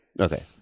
Okay